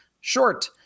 short